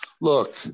Look